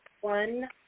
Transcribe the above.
one